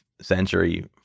century